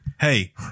Hey